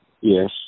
Yes